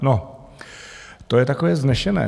No to je takové vznešené.